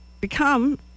become